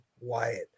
Wyatt